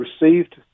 received